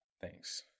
thanks